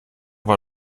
war